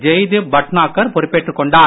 ஜெய்தீப் பட்நாகர் பொறுப்பேற்றுக் கொண்டார்